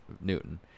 Newton